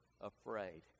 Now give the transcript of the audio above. afraid